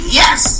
yes